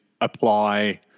apply